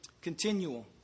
Continual